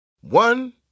One